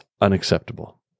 unacceptable